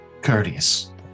courteous